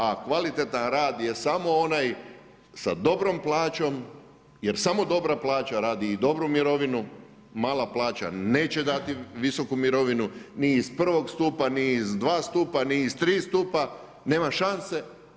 A kvalitetan rad je samo onaj sa dobrom plaćom, jer samo dobra plaća radi i dobru mirovinu, mala plaća neće dati visoku mirovinu, ni iz prvog stupa, ni iz dva stupa, ni iz tri stupa, nema šanse.